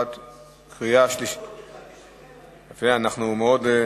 התש"ע 2010. בבקשה, חברים.